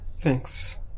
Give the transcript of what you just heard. Thanks